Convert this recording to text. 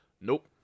Nope